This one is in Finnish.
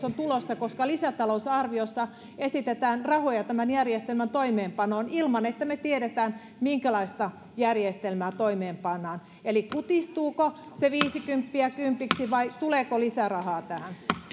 on tulossa koska lisätalousarviossa esitetään rahoja tämän järjestelmän toimeenpanoon ilman että me tiedämme minkälaista järjestelmää toimeenpannaan eli kutistuuko se viisikymppiä kympiksi vai tuleeko lisärahaa tähän